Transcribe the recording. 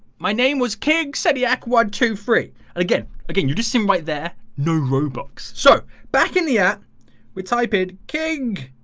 my name was king said yeah quad to free again again. you just seem right there new roblox so back in the app we type in king